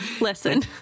Listen